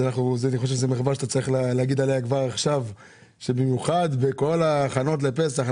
אני חושב שזאת מחווה במיוחד בכל ההכנות לפסח,